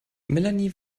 melanie